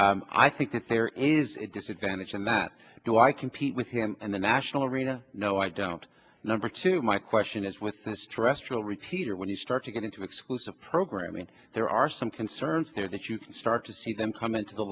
four i think that there is a disadvantage in that do i compete with and the national arena no i don't number two my question is with the stressful repeater when you start to get into exclusive programming there are some concerns here that you can start to see them come into the